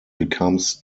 becomes